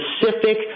specific